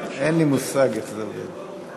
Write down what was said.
אין לי מושג איך זה עובד.